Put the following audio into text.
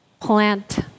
Plant